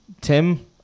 Tim